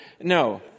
No